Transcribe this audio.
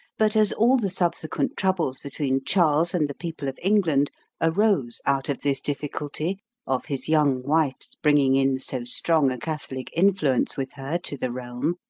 but as all the subsequent troubles between charles and the people of england arose out of this difficulty of his young wife's bringing in so strong a catholic influence with her to the realm,